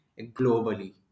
globally